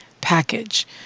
package